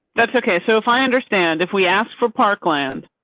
that's okay, so if i understand if we ask for parkland.